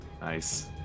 Nice